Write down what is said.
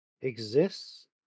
exists